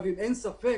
אם אין ספק,